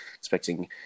expecting